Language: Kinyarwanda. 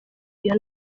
iyo